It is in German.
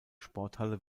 sporthalle